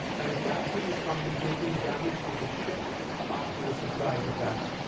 and a captain is contemplating damage to his ship after a surprise attack.